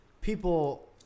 people